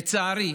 לצערי,